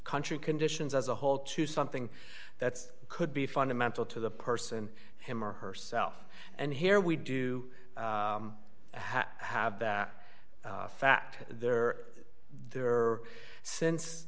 country conditions as a whole to something that's could be fundamental to the person him or herself and here we do have that fact there there are since